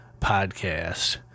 podcast